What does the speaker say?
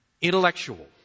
intellectual